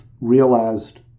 realized